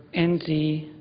enzi,